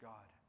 God